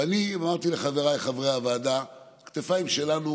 ואני אמרתי לחבריי חברי הוועדה: הכתפיים שלנו